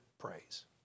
praise